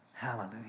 Hallelujah